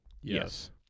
Yes